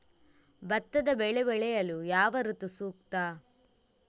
ಭತ್ತದ ಬೆಳೆ ಬೆಳೆಯಲು ಯಾವ ಋತು ಸೂಕ್ತ?